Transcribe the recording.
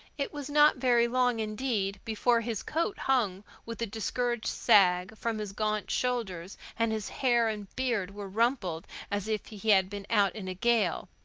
it was not very long, indeed, before his coat hung with a discouraged sag from his gaunt shoulders and his hair and beard were rumpled as if he had been out in a gale.